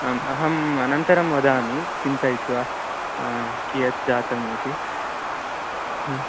आम् अहम् अनन्तरं वदामि चिन्तयित्वा कियत् जातम् इति